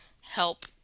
help